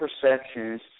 perceptions